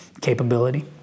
capability